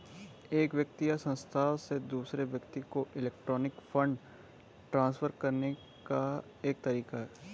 एक व्यक्ति या संस्था से दूसरे व्यक्ति को इलेक्ट्रॉनिक फ़ंड ट्रांसफ़र करने का एक तरीका है